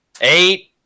eight